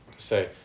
say